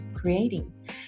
creating